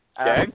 Okay